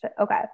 okay